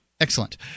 Excellent